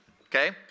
okay